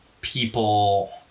people